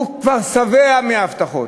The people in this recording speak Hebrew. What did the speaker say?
הוא כבר שבע מהבטחות,